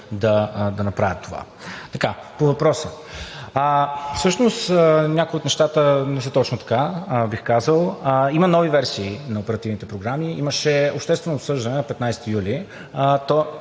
да направят това. По въпроса. Всъщност някои от нещата не са точно така, бих казал. Има нови версии на оперативните програми. Имаше обществено обсъждане на 15 юли.